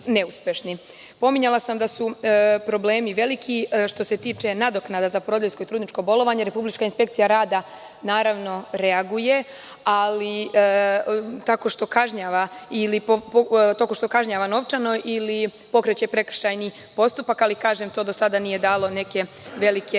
neuspešni. Pominjala sam da su problemi veliki, što se tiče nadoknada za porodiljsko i trudničko bolovanje, Republička inspekcija rada, naravno reaguje, ali tako što kažnjava ili novčano ili pokreće prekršajni postupak, ali kažem da to do sada nije dalo velike